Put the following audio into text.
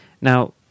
Now